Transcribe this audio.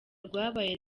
rwabaye